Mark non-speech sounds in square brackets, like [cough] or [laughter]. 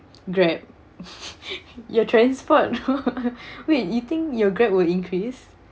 Grab [laughs] your transport [laughs] wait you think your Grab will increase